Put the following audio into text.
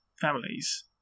families